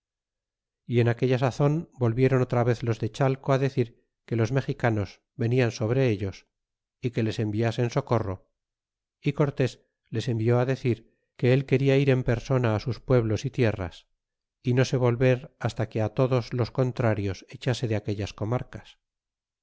y en aquella sazon volvieron otra vez los de chalco decir que los mexicanos venian sobre ellos y que les enviasen socorro y cortés les envió decir que el quena ir en persona sus pueblos y tierras y no se volver hasta que á todos los contrarios echase de aquellas comarcas